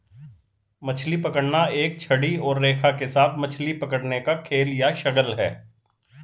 मछली पकड़ना एक छड़ी और रेखा के साथ मछली पकड़ने का खेल या शगल है